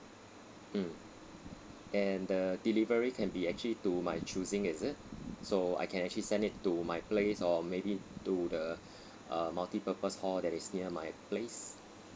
mm and the delivery can be actually to my choosing is it so I can actually send it to my place or maybe to the uh multipurpose hall that is near my place